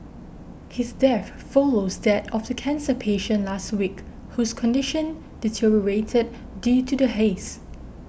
his death follows that of the cancer patient last week whose condition deteriorated due to the haze